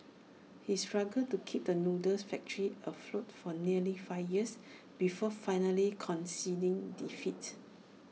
he struggled to keep the noodle's factory afloat for nearly five years before finally conceding defeats